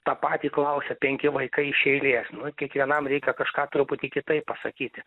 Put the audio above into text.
tą patį klausia penki vaikai iš eilės nu kiekvienam reikia kažką truputį kitaip pasakyti